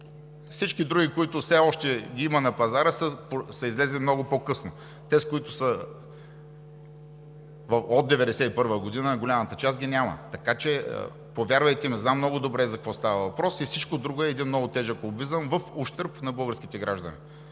Всички други, които все още ги има на пазара, са излезли много по-късно. Тези, които са от 1991 г., голямата част ги няма. Повярвайте ми – знам много добре за какво става въпрос. Всичко друго е един много тежък лобизъм в ущърб на българските граждани.